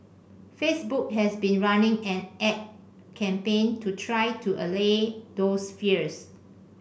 Facebook has been running an ad campaign to try to allay those fears